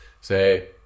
Say